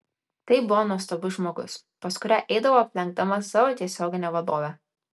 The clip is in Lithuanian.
tai buvo nuostabus žmogus pas kurią eidavau aplenkdama savo tiesioginę vadovę